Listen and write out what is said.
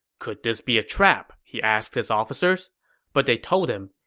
could this be a trap? he asked his officers but they told him,